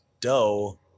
dough